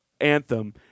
anthem